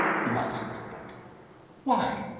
must! but why?